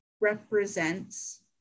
represents